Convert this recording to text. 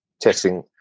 testing